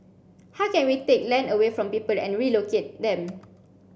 how can we take land away from people and relocate them